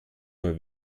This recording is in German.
nur